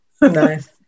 Nice